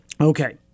Okay